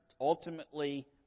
ultimately